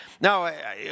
Now